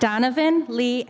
donovan lee